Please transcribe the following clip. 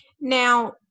Now